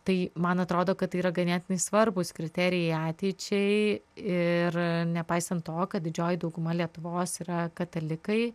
tai man atrodo kad tai yra ganėtinai svarbūs kriterijai ateičiai ir nepaisant to kad didžioji dauguma lietuvos yra katalikai